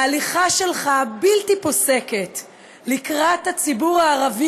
ההליכה הבלתי-פוסקת שלך לקראת הציבור הערבי,